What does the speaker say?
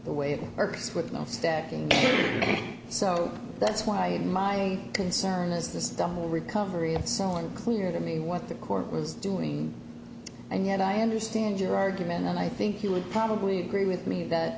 the way it works with no stacking so that's why my concern is this double recovery of so unclear to me what the court was doing and yet i understand your argument and i think you would probably agree with me that